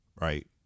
Right